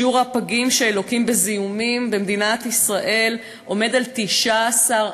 שיעור הפגים שלוקים בזיהומים במדינת ישראל עומד על 19%,